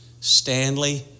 Stanley